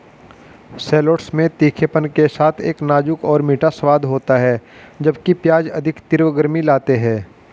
shallots में तीखेपन के साथ एक नाजुक और मीठा स्वाद होता है, जबकि प्याज अधिक तीव्र गर्मी लाते हैं